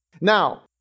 Now